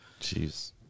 Jeez